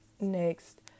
next